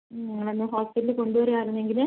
നിങ്ങൾ ഒന്ന് ഹോസ്പിറ്റലിൽ കൊണ്ട് വരുവായിരുന്നെങ്കിൽ